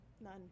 none